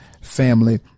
family